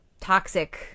toxic